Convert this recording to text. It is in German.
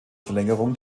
verlängerung